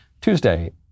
Tuesday